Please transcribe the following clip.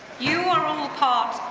you are all part,